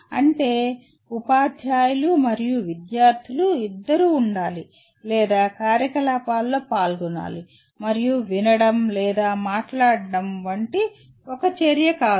అంటే ఉపాధ్యాయులు మరియు విద్యార్థులు ఇద్దరూ ఉండాలి లేదా కార్యకలాపాల్లో పాల్గొనాలి మరియు వినడం లేదా మాట్లాడటం వంటి ఒక చర్య కాదు